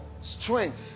strength